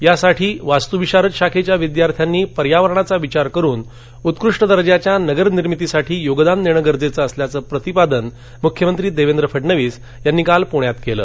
यासाठी वास्तूविशारद शाखेच्या विद्यार्थ्यांनी पर्यावरणाचा विचार करुन उत्कृष्ट दर्जाच्या नगर निर्मितीसाठी योगदान देणे गरजेचे असल्याचे प्रतिपादन मुख्यमंत्री देवेंद्र फडणवीस यांनी काल पृण्यात केलं